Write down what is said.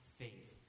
faith